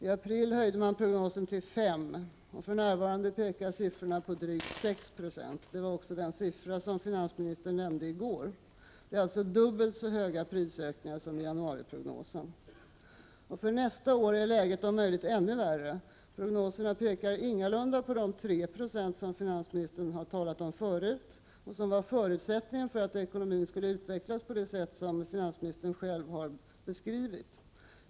I april höjde man prognosen till 5 26. För närvarande pekar siffrorna på drygt 6 70. Det var också den siffra som finansministern nämnde i går. Det är alltså dubbelt så stora prisökningar som i januariprognosen. För nästa år är läget om möjligt ännu värre. Prognoserna pekar ingalunda på de 3 Jo som finansministern har talat om förut och som var förutsättningen för att ekonomin skulle utvecklas på det sätt som finansministern själv har beskrivit.